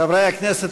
חברי הכנסת,